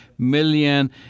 Million